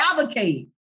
advocate